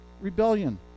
Rebellion